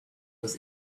was